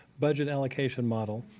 budget allocation model.